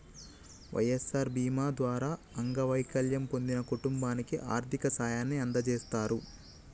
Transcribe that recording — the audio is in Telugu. వై.ఎస్.ఆర్ బీమా ద్వారా అంగవైకల్యం పొందిన కుటుంబానికి ఆర్థిక సాయాన్ని అందజేస్తారు